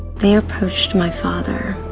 they approached my father.